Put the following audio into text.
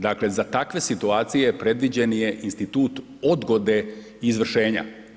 Dakle za takve situacije predviđen je institut odgode izvršenja.